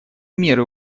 меры